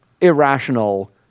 Irrational